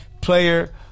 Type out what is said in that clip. Player